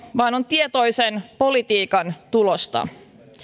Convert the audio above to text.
vaan on tietoisen politiikan tulosta